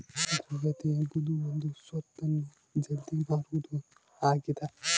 ದ್ರವ್ಯತೆ ಎಂಬುದು ಒಂದು ಸ್ವತ್ತನ್ನು ಜಲ್ದಿ ಮಾರುವುದು ಆಗಿದ